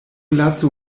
lasu